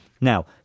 Now